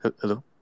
Hello